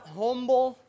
humble